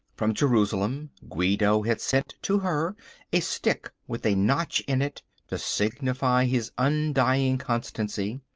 from jerusalem guido had sent to her a stick with a notch in it to signify his undying constancy.